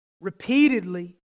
repeatedly